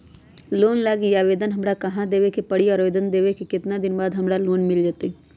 Loan लागी आवेदन हमरा कहां देवे के पड़ी और आवेदन देवे के केतना दिन बाद हमरा लोन मिल जतई?